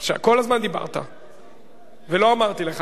הזמן דיברת ולא אמרתי לך,